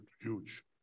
huge